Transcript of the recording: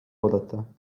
oodata